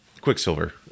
Quicksilver